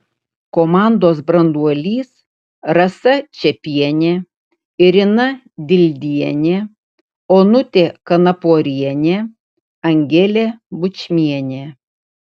komandos branduolys rasa čepienė irina dildienė onutė kanaporienė angelė bučmienė